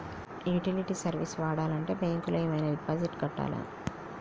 Utility service వాడాలంటే bank లో ఏమైనా డిపాజిట్ కట్టాలా?